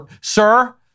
Sir